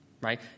right